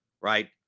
right